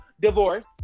Divorce